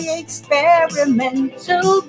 experimental